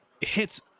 hits